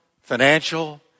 financial